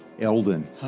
Elden